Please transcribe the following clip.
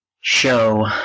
show